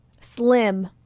slim